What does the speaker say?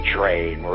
Train